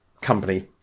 company